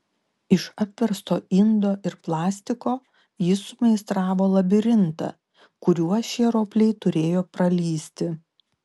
iš apversto indo ir plastiko jis sumeistravo labirintą kuriuo šie ropliai turėjo pralįsti